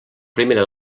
primera